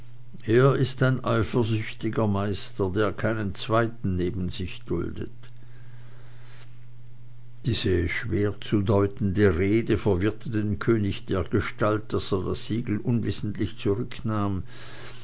er ist ein eifersüchtiger meister der keinen zweiten neben sich duldet diese schwer zu deutende rede verwirrte den könig dergestalt daß er das siegel unwissentlich zurücknahm